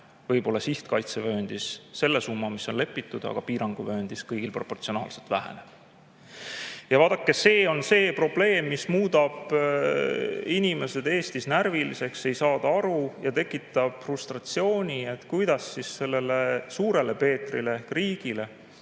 Võib-olla sihtkaitsevööndis [saadakse] see summa, mis on [kokku] lepitud, aga piiranguvööndis kõigil proportsionaalselt väheneb. Vaadake, see on see probleem, mis muudab inimesed Eestis närviliseks. Ei saada aru sellest ja see tekitab frustratsiooni, kui sellele Suurele Peetrile ehk riigile,